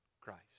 Christ